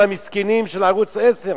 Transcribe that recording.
על המסכנים של ערוץ-10,